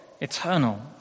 eternal